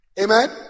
Amen